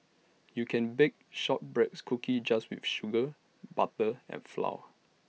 you can bake shortbreads cookies just with sugar butter and flour